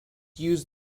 used